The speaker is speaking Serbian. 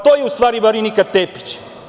To je u stvari Marinika Tepić.